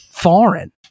Foreign